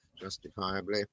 justifiably